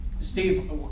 Steve